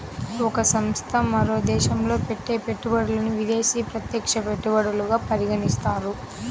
ఒక సంస్థ మరో దేశంలో పెట్టే పెట్టుబడులను విదేశీ ప్రత్యక్ష పెట్టుబడులుగా పరిగణిస్తారు